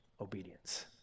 obedience